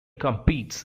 competes